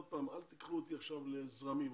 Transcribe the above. אל תיקחו אותי לזרמים,